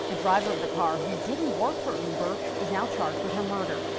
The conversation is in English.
the driver of the car who didn't work for uber is now charged with her murder.